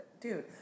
Dude